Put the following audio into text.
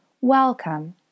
Welcome